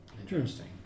Interesting